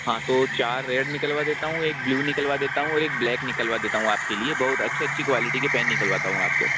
हाँ तो चार रेड निकलवा देता हूँ एक ब्लू निकलवा देता हूँ और एक ब्लैक निकलवा देता हूँ आपके लिए बहुत अच्छी अच्छी क्वालिटी की पेन निकलवाता हूँ आपके